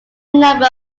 number